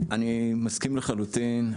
אני מסכים לחלוטין.